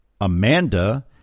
Amanda